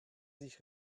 sich